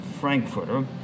Frankfurter